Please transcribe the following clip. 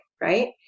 right